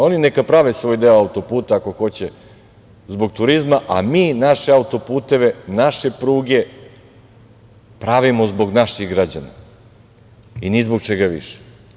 Oni neka prave svoj deo auto-puta, ako hoće, zbog turizma, a mi naše auto-puteve, naše pruge pravimo zbog naših građana i ni zbog čega više.